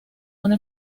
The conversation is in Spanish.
una